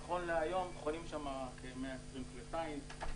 נכון להיום חונים שם כ-120 כלי טיס.